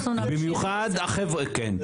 במיוחד החבר'ה, כן.